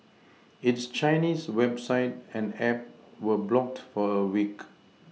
its Chinese website and app were blocked for a week